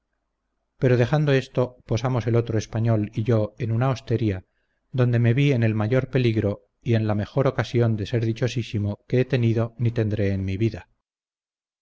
pero dejando esto posamos el otro español y yo en una hostería donde me vi en el mayor peligro y en la mejor ocasión de ser dichosísimo que he tenido ni tendré en mi vida